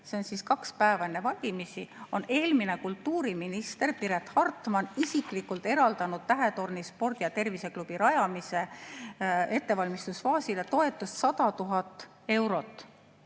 seega kaks päeva enne valimisi – on eelmine kultuuriminister Piret Hartman isiklikult eraldanud Tähetorni Spordi- ja Terviseklubi rajamise ettevalmistusfaasile toetust 100 000 eurot.